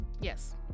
Yes